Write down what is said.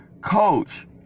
Coach